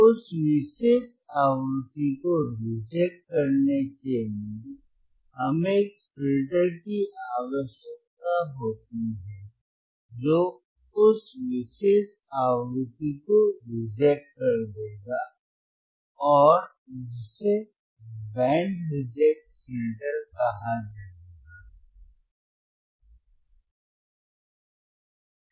उस विशेष आवृत्ति को रिजेक्ट करने के लिए हमें एक फ़िल्टर की आवश्यकता होती है जो उस विशेष आवृत्ति को रिजेक्ट कर देगा और जिसे बैंड रिजेक्ट फ़िल्टर कहा जाएगा